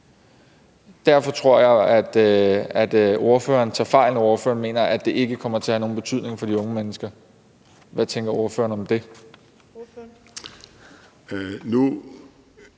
Derfor tror jeg jo, at ordføreren tager fejl, når ordføreren mener, at det ikke kommer til at have nogen betydning for de unge mennesker. Hvad tænker ordføreren om det?